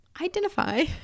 identify